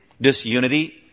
Disunity